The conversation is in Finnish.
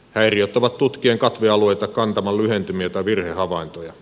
häiriöt ovat tutkien katvealueita kantaman lyhentymiä tai virhehavaintoja